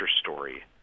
story